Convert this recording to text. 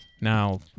Now